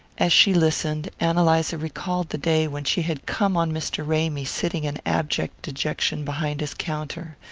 as she listened, ann eliza recalled the day when she had come on mr. ramy sitting in abject dejection behind his counter.